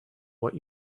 what